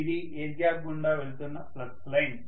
ఇది air gap గుండా వెళుతున్న ఫ్లక్స్ లైన్